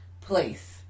place